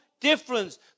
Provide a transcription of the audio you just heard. difference